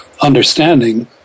understanding